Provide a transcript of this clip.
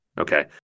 Okay